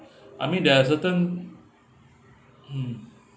I mean there are certain mm